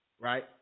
right